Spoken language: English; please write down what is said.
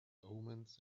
omens